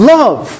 love